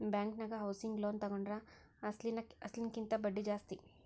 ಬ್ಯಾಂಕನ್ಯಾಗ housing loan ತಗೊಂಡ್ರ ಅಸ್ಲಿನ ಕಿಂತಾ ಬಡ್ದಿ ಜಾಸ್ತಿ